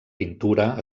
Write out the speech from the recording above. pintura